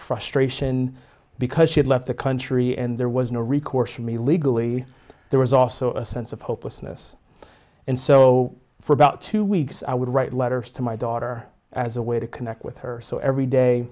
frustration because she had left the country and there was no recourse for me legally there was also a sense of hopelessness and so for about two weeks i would write letters to my daughter as a way to connect with her so every day